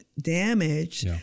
damaged